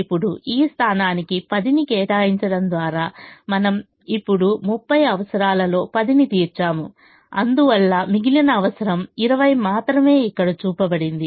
ఇప్పుడు ఈ స్థానానికి 10 ని కేటాయించడం ద్వారా మనము ఇప్పుడు 30 అవసరాలలో 10 ని తీర్చాము అందువల్ల మిగిలిన అవసరం 20 మాత్రమే ఇక్కడ చూపబడింది